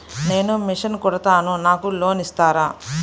నేను మిషన్ కుడతాను నాకు లోన్ ఇస్తారా?